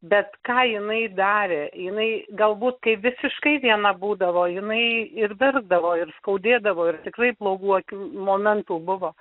bet ką jinai darė jinai galbūt kai visiškai viena būdavo jinai ir verkdavo ir skaudėdavo ir tikrai blogų akių momentų buvo